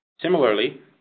Similarly